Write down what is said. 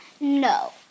No